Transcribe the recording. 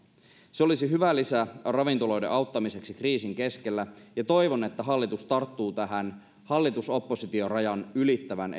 se olisi hyvä lisä ravintoloiden auttamiseksi kriisin keskellä ja toivon että hallitus tarttuu tähän hallitus oppositio rajan ylittävään